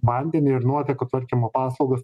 vandenį ir nuotekų tvarkymo paslaugas